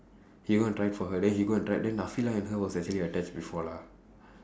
he go and tried for her then he go and try then and her was actually attached before lah